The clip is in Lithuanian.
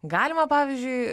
galima pavyzdžiui